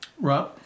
Right